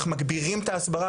מגבירים את ההסברה,